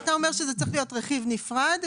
אתה אומר שזה צריך להיות רכיב נפרד.